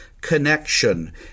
connection